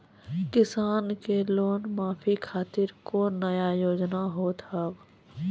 किसान के लोन माफी खातिर कोनो नया योजना होत हाव?